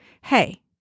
Hey